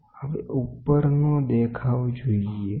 આ બાજુનો વ્યુ છે હવે ઉપરનો દેખાવ જોઇએ